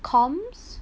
comms